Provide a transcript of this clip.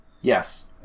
Yes